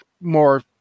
more